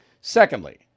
Secondly